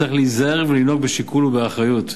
נצטרך להיזהר ולנהוג בשיקול ובאחריות,